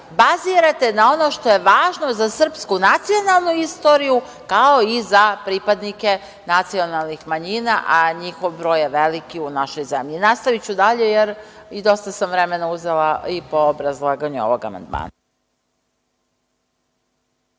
bazirate na ono što je važno za srpsku nacionalnu istoriju, kao i pripadnike nacionalnih manjina, a njihov broj je velik u našoj zemlji. Nastaviću dalje, jer dosta sam vremena uzela po obrazlaganju ovog amandmana.